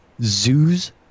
zoo's